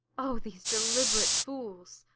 o, these deliberate fools!